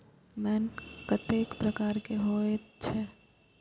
मैंट कतेक प्रकार के होयत छै?